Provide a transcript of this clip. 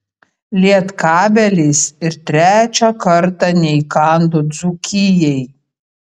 lietkabelis ir trečią kartą neįkando dzūkijai